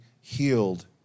healed